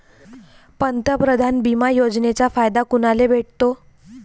पंतप्रधान बिमा योजनेचा फायदा कुनाले भेटतो?